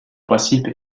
principe